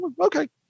okay